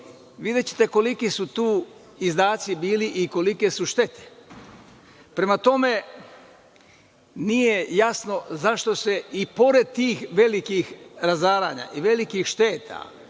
Videćete koliki su tu izdaci bili i kolike su štete. Prema tome, nije jasno zašto se i pored tih velikih razaranja i velikih šteta,